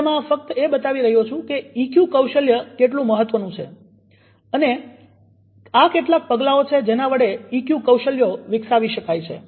હું તેમાં ફક્ત એ બતાવી રહ્યો છું કે ઈક્યુ કૌશલ્ય કેટલું મહત્વનું છે અને આ કેટલાક પગલાઓ છે જેના વડે ઈક્યુ કૌશલ્યો વિકસાવી શકાય છે